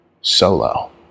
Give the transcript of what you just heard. solo